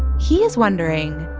he is wondering,